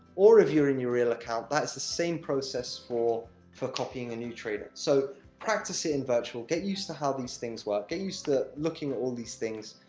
or if you're in your real account, that is the same process for for copying a new trader. so, practice it in virtual get used to how these things work, get and used to looking at all these things.